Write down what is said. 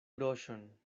groŝon